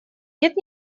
нет